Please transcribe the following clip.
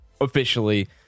officially